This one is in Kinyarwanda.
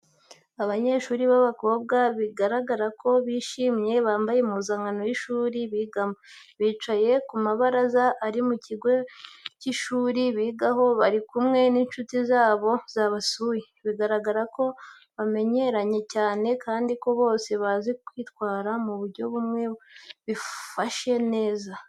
Abanyeshuri b'abakobwa bigaragara ko bishimye bambaye impuzankano y'ishuri bigamo, bicaye ku mabaraza ari mu kigo cy'ishuri bigaho bari kumwe n'inshuti zabo zabasuye, bigaragara ko bamenyeranye cyane kandi ko bose bazi kwitwara mu buryo bumwe bifashe neza.